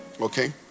Okay